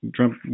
Trump